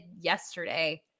yesterday